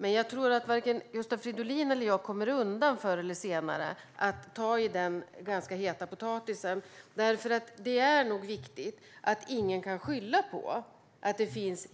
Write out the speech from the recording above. Men varken Gustav Fridolin eller jag själv kommer undan att förr eller senare ta i den heta potatisen. Det är viktigt att ingen ska kunna skylla på att det finns